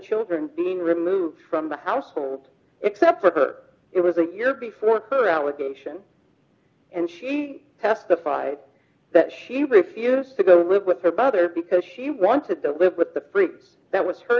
children being removed from the house except for her it was a year before her allegation and she testified that she refused to go live with her mother because she wanted to live with the free that was her